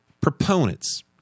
proponents